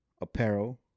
Apparel